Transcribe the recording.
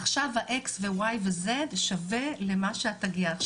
עכשיו ה-X, Y ו-Z שווה למה שאתה גייסת.